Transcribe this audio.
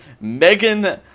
Megan